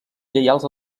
lleials